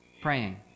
Praying